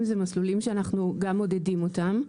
זה מסלולים שאנחנו גם מודדים אותם,